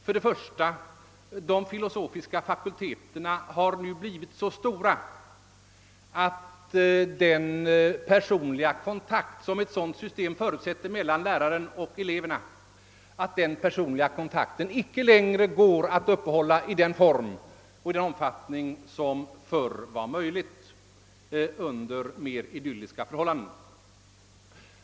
För det första har de filosofiska fakulteterna nu blivit så stora, att den personliga kontakt mellan läraren och eleverna som ett sådant system förutsätter icke längre går att uppehålla i den form och i den omfattning som var möjlig förr under mer idylliska förhållanden.